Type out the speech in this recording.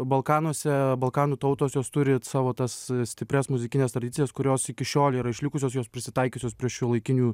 balkanuose balkanų tautos jos turi savo tas stiprias muzikines tradicijas kurios iki šiol yra išlikusios jos prisitaikiusios prie šiuolaikinių